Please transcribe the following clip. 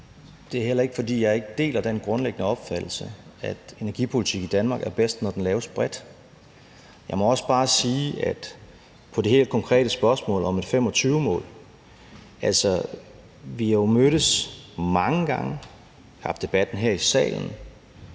Det er heller ikke, fordi jeg ikke deler den grundlæggende opfattelse, at energipolitik i Danmark er bedst, når den laves bredt. Jeg må også bare sige, at på det helt konkrete spørgsmål om et 2025-mål har vi jo mødtes mange gange og haft debatten her i salen